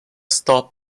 stop